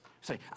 Say